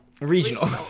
Regional